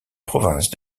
province